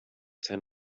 ten